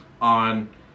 on